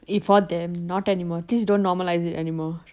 if~ for them not anymore please don't normalise it anymore